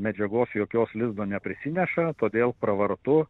medžiagos jokios lizdo neprisineša todėl pravartu